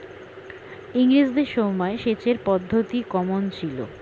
ইঙরেজদের সময় সেচের পদ্ধতি কমন ছিল?